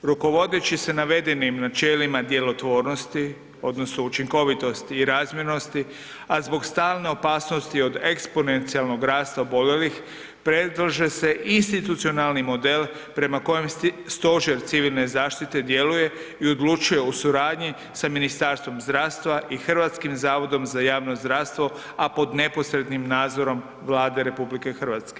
Rukovodeći se navedenim načelima djelotvornosti, odnosno učinkovitosti i razmjernosti, a zbog stalne opasnosti od eksponencijalnog rasta oboljelih, predlaže se institucionalni model prema kojem Stožer civilne zaštite djeluje i odlučuje u suradnji sa Ministarstvom zdravstva i Hrvatskim zavodom za javno zdravstvo, a pod neposrednim nadzorom Vlade RH.